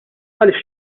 għaliex